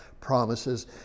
promises